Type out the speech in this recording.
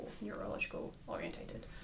neurological-orientated